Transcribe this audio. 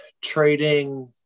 trading